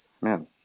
Man